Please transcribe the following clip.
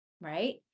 right